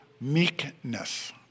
meekness